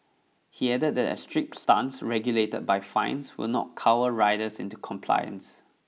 he added that a strict stance regulated by fines will not cower riders into compliance